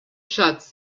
shots